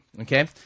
okay